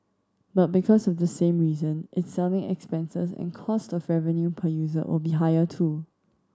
but because of this same reason its selling expenses and cost of revenue per user will be higher too